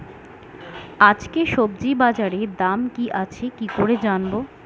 আজকে সবজি বাজারে দাম কি আছে কি করে জানবো?